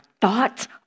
thoughts